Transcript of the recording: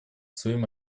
своим